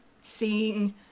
seeing